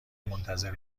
منتظر